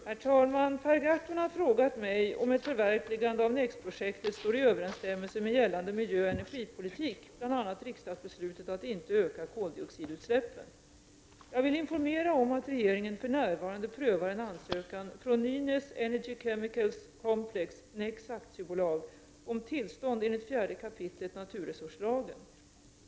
Herr talman! Per Gahrton har frågat mig om ett förverkligande av NEX projektet står i överensstämmelse med gällande miljöoch energipolitik, bl.a. riksdagsbeslutet att inte öka koldioxidutsläppen. Jag vill informera om att regeringen för närvarande prövar en ansökan från Nynäs Energy Chemicals Complex NEX Aktiebolag om tillstånd enligt 4 kap. naturresurslagen.